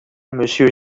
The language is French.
monsieur